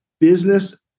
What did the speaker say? business